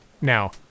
now